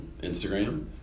Instagram